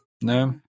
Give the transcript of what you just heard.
No